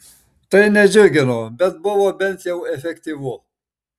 tai nedžiugino bet buvo bent jau efektyvu